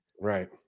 Right